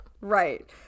right